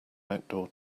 outdoor